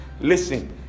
listen